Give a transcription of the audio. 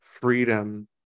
freedom